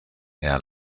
air